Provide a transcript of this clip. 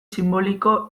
sinboliko